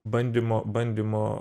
bandymo bandymo